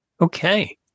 okay